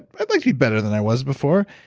i'd like to be better than i was before,